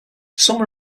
some